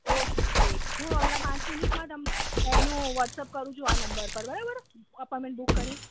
okay હું હમણાં પાંચ મિનીટમાં તમને એનો વોટ્સઅપ કરું છું આ નંબર પર બરાબર આપોઈંટમેંટ બૂક કરી